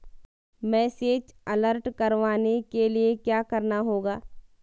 Message alert करवाने के लिए क्या करना होगा?